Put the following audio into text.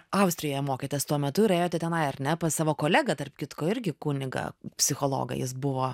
austrijoje mokėtės tuo metu ir ėjote tenai ar ne pas savo kolegą tarp kitko irgi kunigą psichologą jis buvo